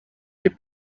des